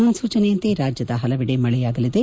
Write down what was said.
ಮುನ್ಲೂಜನೆಯಂತೆ ರಾಜ್ಯದ ಹಲವೆಡೆ ಮಳೆಯಾಗಲಿದೆ